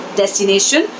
destination